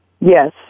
Yes